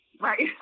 right